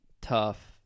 tough